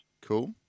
Cool